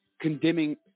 condemning